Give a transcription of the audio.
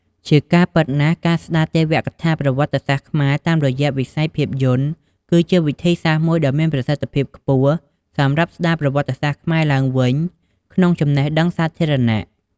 ជាការពិតណាស់ ការស្ដារទេវកថាប្រវត្តិសាស្ត្រខ្មែរតាមរយៈវិស័យភាពយន្ត គឺជាវិធីសាស្រ្តមួយដ៏មានប្រសិទ្ធភាពខ្ពស់សម្រាប់ស្ដារប្រវត្តិសាស្ត្រខ្មែរឡើងវិញក្នុងចំណេះដឹងសាធារណៈ។